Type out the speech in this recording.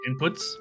inputs